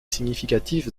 significative